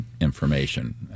information